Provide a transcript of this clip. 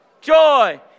Joy